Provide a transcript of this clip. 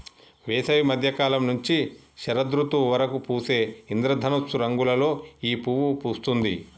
వేసవి మద్య కాలం నుంచి శరదృతువు వరకు పూసే ఇంద్రధనస్సు రంగులలో ఈ పువ్వు పూస్తుంది